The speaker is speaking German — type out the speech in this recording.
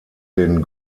den